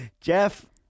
Jeff